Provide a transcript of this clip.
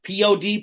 pod